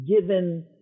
given